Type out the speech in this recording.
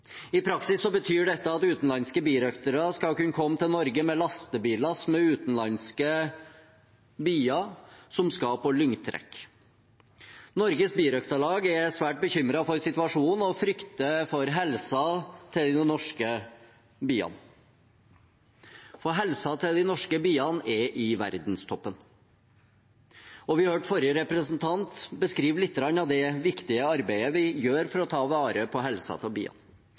I praksis betyr dette at utenlandske birøktere skal kunne komme til Norge med lastebillass med utenlandske bier som skal på lyngtrekk. Norges Birøkterlag er svært bekymret for situasjonen og frykter for helsen til de norske biene. For helsen til de norske biene er i verdenstoppen. Vi hørte forrige representant beskrive litt av det viktige arbeidet vi gjør for å ta vare på helsen til biene.